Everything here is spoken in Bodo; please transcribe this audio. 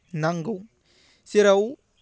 नांगौ जेराव